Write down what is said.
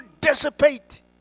dissipate